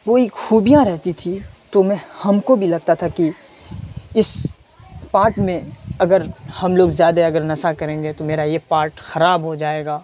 کوئی خوبیاں رہتی تھی تو میں ہم کو بھی لگتا تھا کہ اس پارٹ میں اگر ہم لوگ زیادہ اگر نشہ کریں گے تو میرا یہ پارٹ خراب ہو جائے گا